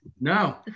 No